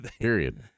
Period